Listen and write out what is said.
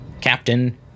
Captain